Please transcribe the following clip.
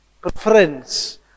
preference